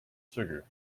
sugar